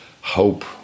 hope